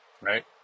right